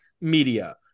media